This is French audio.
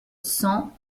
cent